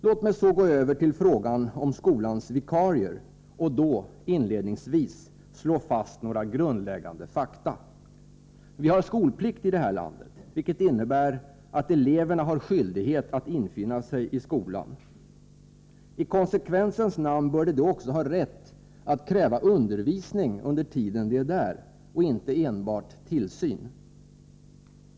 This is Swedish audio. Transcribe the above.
Låt mig så gå över till frågan om skolans vikarier och då inledningsvis slå fast några grundläggande fakta. Vi har skolplikt i det här landet, vilket innebär att eleverna har skyldighet att infinna sig i skolan. I konsekvensens namn bör de då också ha rätt att kräva undervisning under tiden de är där och inte enbart tillsyn.